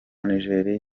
nigeria